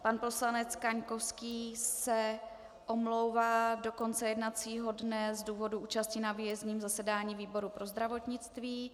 Pan poslanec Kaňkovský se omlouvá do konce jednacího dne z důvodu účasti na výjezdním zasedání výboru pro zdravotnictví.